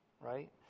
right